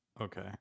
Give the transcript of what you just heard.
Okay